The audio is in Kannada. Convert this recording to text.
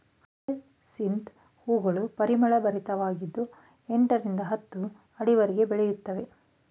ಹಯಸಿಂತ್ ಹೂಗಳು ಪರಿಮಳಭರಿತವಾಗಿದ್ದು ಎಂಟರಿಂದ ಹತ್ತು ಅಡಿಯವರೆಗೆ ಬೆಳೆಯುತ್ತವೆ